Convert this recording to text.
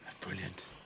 brilliant